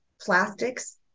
plastics